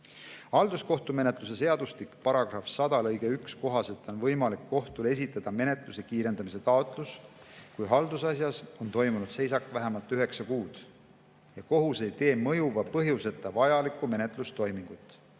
Halduskohtumenetluse seadustiku § 100 lõike 1 kohaselt on võimalik kohtule esitada menetluse kiirendamise taotlus, kui haldusasjas on toimunud seisak vähemalt üheksa kuud ja kohus ei tee mõjuva põhjuseta vajalikku menetlustoimingut.